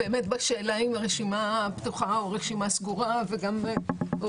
לשאלה אם הרשימה פתוחה או סגורה הרשימה